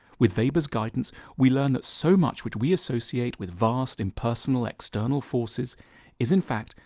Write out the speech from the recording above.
with weber's guidance we learn that so much which we associate with vast, impersonal, external forces is, in fact,